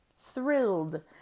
thrilled